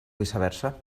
viceversa